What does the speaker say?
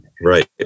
Right